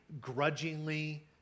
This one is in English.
grudgingly